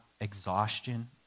exhaustion